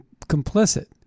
complicit